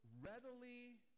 readily